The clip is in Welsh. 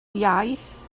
iaith